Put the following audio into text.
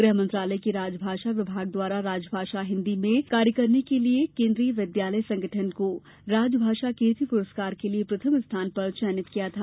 गृह मंत्रालय के राजभाषा विभाग द्वारा राजभाषा हिन्दी में सर्वोत्कृष्ट कार्य करने के लिये केन्द्रीय विद्यालय संगठन को राजभाषा कीर्ति पुरस्कार के लिये प्रथम स्थान पर चयनित किया गया था